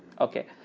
Okay